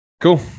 Cool